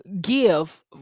give